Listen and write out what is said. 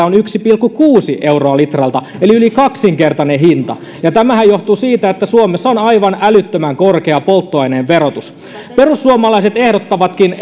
on yksi pilkku kuusi euroa litralta eli yli kaksinkertainen hinta ja tämähän johtuu siitä että suomessa on aivan älyttömän korkea polttoaineen verotus perussuomalaiset ehdottavatkin